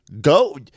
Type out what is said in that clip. Go